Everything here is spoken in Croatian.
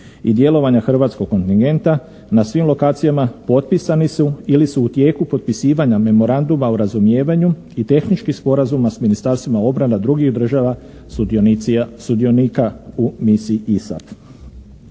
i djelovanja hrvatskog kontingenta na svim lokacijama potpisani su ili su u tijeku potpisivanje memoranduma o razumijevanju i tehničkih sporazuma s ministarstvima obrana drugih država sudionika u misiji ISAF.